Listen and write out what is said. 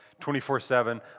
24-7